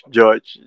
George